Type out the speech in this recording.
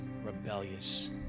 rebellious